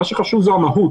מה שחשוב זו המהות,